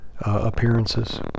appearances